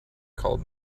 called